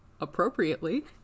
appropriately